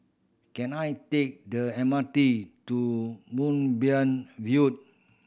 can I take the M R T to Moonbeam View